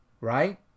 right